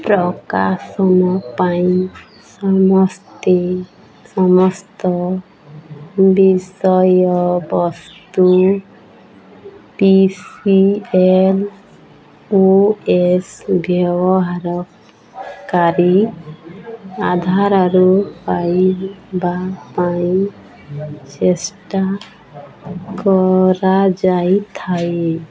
ପ୍ରକାଶନ ପାଇଁ ସମସ୍ତେ ସମସ୍ତ ବିଷୟବସ୍ତୁ P C L O S ବ୍ୟବହାରକାରୀ ଆଧାରରୁ ପାଇବା ପାଇଁ ଚେଷ୍ଟା କରାଯାଇଥାଏ